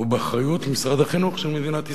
ובאחריות משרד החינוך של מדינת ישראל.